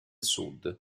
sud